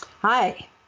Hi